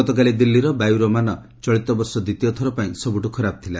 ଗତକାଲି ଦିଲ୍ଲୀର ବାୟୁର ମାନ ଚଳିତ ବର୍ଷ ଦ୍ୱିତୀୟ ଥର ପାଇଁ ସବୁଠୁ ଖରାପ ଥିଲା